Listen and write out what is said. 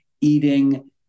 eating